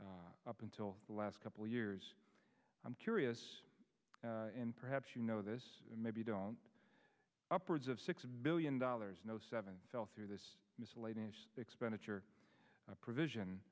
considered up until the last couple years i'm curious and perhaps you know this maybe don't upwards of six million dollars no seven fell through this miscellaneous expenditure provision